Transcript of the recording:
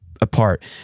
apart